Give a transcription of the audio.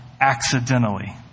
accidentally